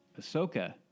Ahsoka